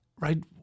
right